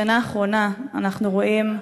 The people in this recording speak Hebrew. בשנה האחרונה אנחנו רואים,